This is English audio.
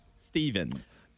Stevens